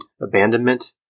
abandonment